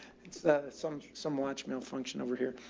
it's the, some, some lunch meal function over here.